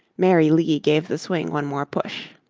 mary lee gave the swing one more push.